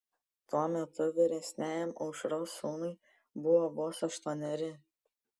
tuo metu vyresniajam aušros sūnui buvo vos aštuoneri